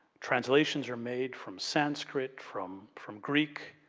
translations are made from sanskrit from from greek,